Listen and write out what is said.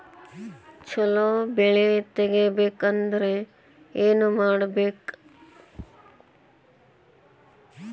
ಛಲೋ ಬೆಳಿ ತೆಗೇಬೇಕ ಅಂದ್ರ ಏನು ಮಾಡ್ಬೇಕ್?